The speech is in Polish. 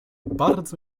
bardzo